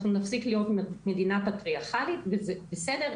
אנחנו נפסיק להיות מדינה פטריארכלית וזה בסדר,